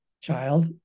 child